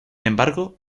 embargo